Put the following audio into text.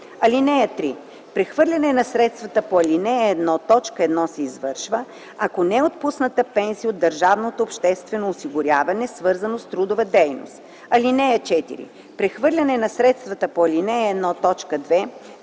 (3) Прехвърляне на средствата по ал. 1, т. 1 се извършва, ако не е отпусната пенсия от държавното обществено осигуряване, свързана с трудова дейност. (4) Прехвърляне на средствата по ал. 1, т. 2 се извършва,